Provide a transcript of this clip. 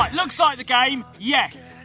um looks like the game? yes!